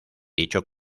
dicho